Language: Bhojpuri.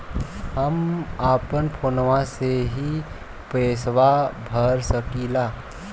हम अपना फोनवा से ही पेसवा भर सकी ला?